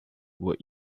were